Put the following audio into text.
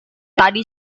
tadi